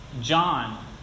John